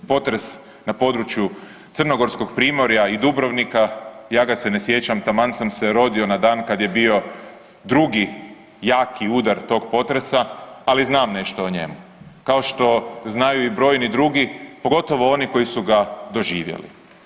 Potres na području crnogorskog primorja i Dubrovnika ja ga se ne sjećam taman sam se rodio na dan kad je bio drugi jaki udar tog potresa, ali znam nešto o njemu, kao što znaju i brojni drugi, pogotovo oni koji su ga doživjeli.